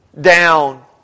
down